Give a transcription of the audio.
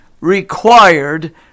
required